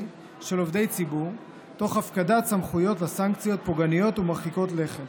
של עובדי ציבור תוך הפקדת סמכויות לסנקציות פוגעניות ומרחיקות לכת,